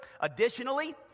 Additionally